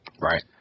Right